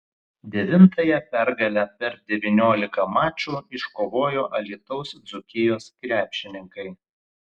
devintąją pergalę per devyniolika mačų iškovojo alytaus dzūkijos krepšininkai